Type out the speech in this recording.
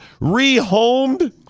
rehomed